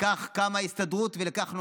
לכך קמה ההסתדרות ולכך נועדת.